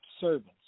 servants